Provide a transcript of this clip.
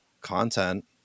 content